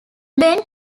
bent